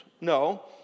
No